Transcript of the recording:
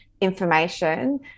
information